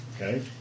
Okay